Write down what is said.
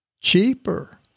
cheaper